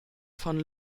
von